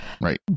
Right